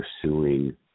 pursuing